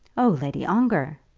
oh, lady ongar!